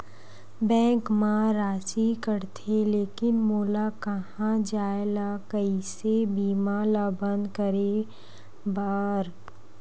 Bank मा राशि कटथे लेकिन मोला कहां जाय ला कइसे बीमा ला बंद करे बार?